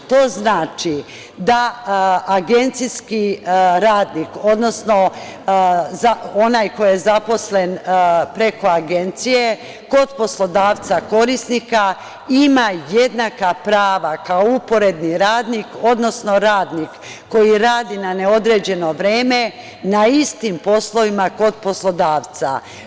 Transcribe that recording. To znači da agencijski radnik, odnosno onaj koji je zaposlen preko agencije kod poslodavca korisnika ima jednaka prava kao uporednik radnik, odnosno radnik koji radi na neodređeno vreme na istim poslovima kod poslodavca.